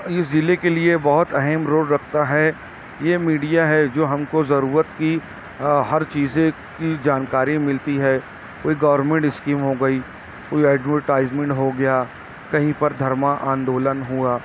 اس ضلع کے لیے بہت اہم رول رکھتا ہے یہ میڈیا ہے جو ہم کو ضرورت کی ہر چیزیں کی جانکاری ملتی ہے کوئی گورمینٹ اسکیم ہوگئی کوئی ایڈورٹائیزمینٹ ہو گیا کہیں پر دھرمہ آندولن ہوا